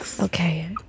Okay